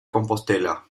compostela